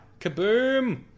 Kaboom